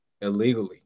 illegally